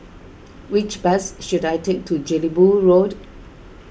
which bus should I take to Jelebu Road